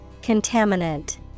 Contaminant